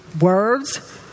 words